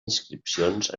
inscripcions